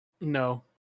No